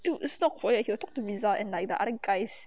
dude stop for it he will talk to misa and like they other guys